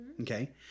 Okay